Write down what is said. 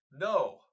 No